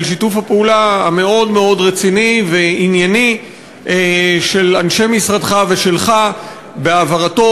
על שיתוף הפעולה המאוד-מאוד רציני וענייני של אנשי משרדך ושלך בהעברתו.